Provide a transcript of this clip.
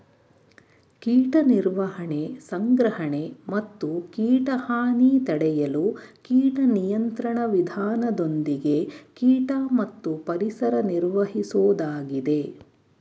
ಕೀಟ ನಿರ್ವಹಣೆ ಸಂಗ್ರಹಣೆ ಮತ್ತು ಕೀಟ ಹಾನಿ ತಡೆಯಲು ಕೀಟ ನಿಯಂತ್ರಣ ವಿಧಾನದೊಂದಿಗೆ ಕೀಟ ಮತ್ತು ಪರಿಸರ ನಿರ್ವಹಿಸೋದಾಗಿದೆ